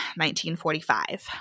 1945